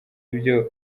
ibyo